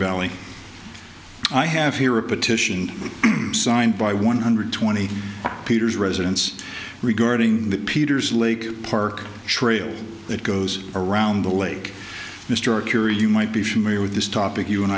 valley i have here a petition signed by one hundred twenty peters residents regarding peters lake park trail that goes around the lake mr cure you might be familiar with this topic you and